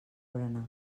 berenar